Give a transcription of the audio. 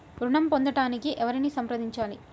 ఋణం పొందటానికి ఎవరిని సంప్రదించాలి?